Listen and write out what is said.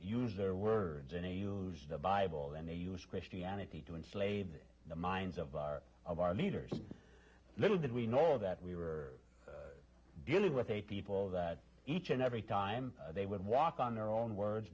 use their words any use the bible and they use christianity to enslave the minds of our of our leaders little did we know that we were did with a people that each and every time they would walk on their own words